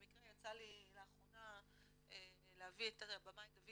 במקרה יצא לי לאחרונה להביא את הבמאי דוד